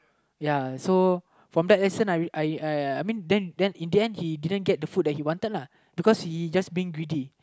ya so from that lesson I I I I mean then then in the end he didn't get the food he wanted lah because he just being greedy